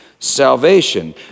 salvation